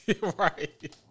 Right